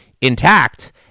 intact